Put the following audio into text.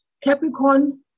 Capricorn